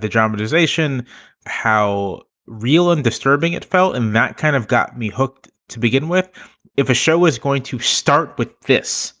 the dramatization how real and disturbing it felt. and that kind of got me hooked. to begin. if a show is going to start with this,